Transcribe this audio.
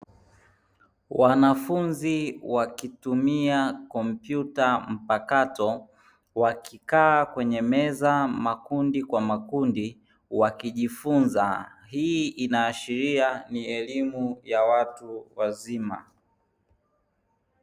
Wanafunzi wakitumia kompyuta mpakato wakikaa kwenye meza makundi kwa makundi wakijifunza. Hii inaashiria ni elimu ya watu wazima.